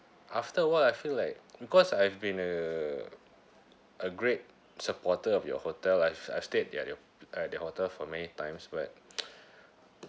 after a while I feel like because I've been a a great supporter of your hotel I've I've stayed there at the hotel for many times but